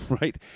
right